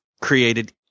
created